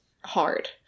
hard